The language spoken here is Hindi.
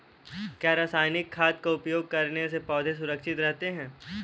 क्या रसायनिक खाद का उपयोग करने से पौधे सुरक्षित रहते हैं?